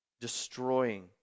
destroying